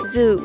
Zoo